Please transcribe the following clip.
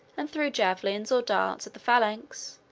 and threw javelins or darts at the phalanx,